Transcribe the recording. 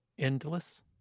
Endless